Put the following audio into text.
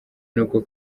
n’uko